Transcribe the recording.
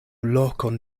lokon